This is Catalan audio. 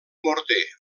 morter